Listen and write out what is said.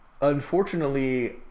unfortunately